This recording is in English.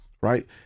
Right